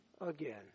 again